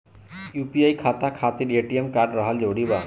UPI खाता खातिर ATM card रहल जरूरी बा?